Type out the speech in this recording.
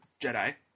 Jedi